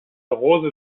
rose